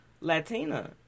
latina